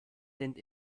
sind